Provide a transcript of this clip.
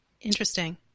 Interesting